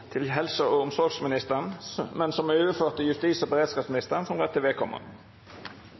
til helse- og omsorgsministeren, er overført til justis- og beredskapsministeren som